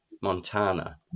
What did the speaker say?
Montana